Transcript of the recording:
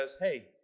hey